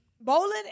Bowling